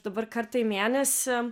dabar kartą į mėnesį